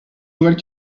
noël